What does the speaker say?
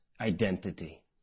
identity